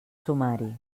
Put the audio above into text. sumari